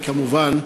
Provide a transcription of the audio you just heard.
כמובן,